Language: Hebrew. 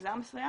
מגזר מסוים,